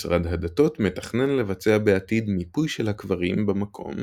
משרד הדתות מתכנן לבצע בעתיד מיפוי של הקברים במקום